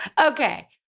Okay